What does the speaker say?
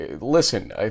listen